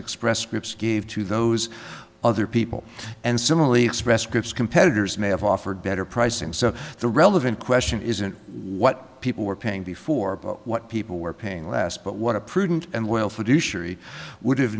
express scripts give to those other people and similarly express scripts competitors may have offered better pricing so the relevant question isn't what people were paying before but what people were paying less but what a prudent and w